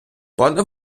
пане